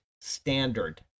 standard